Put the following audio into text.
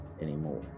anymore